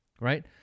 right